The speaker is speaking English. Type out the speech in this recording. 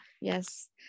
Yes